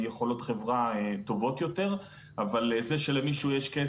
אבל זה שלמישהו יש כסף והוא בעולם שהוא עמוס בכסף כמו סייבר,